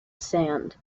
sand